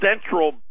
central